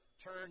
turn